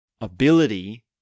ability